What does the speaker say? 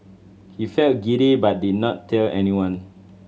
he felt giddy but did not tell anyone